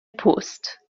پست